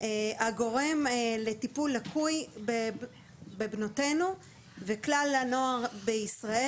הגורם לטיפול לקוי בבנותינו ובכלל הנוער בישראל.